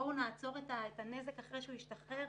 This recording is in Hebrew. בואו נעצור את הנזק אחרי שהוא ישתחרר.